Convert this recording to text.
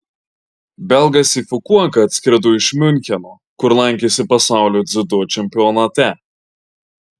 belgas į fukuoką atskrido iš miuncheno kur lankėsi pasaulio dziudo čempionate